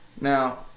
Now